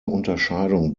unterscheidung